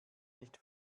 nicht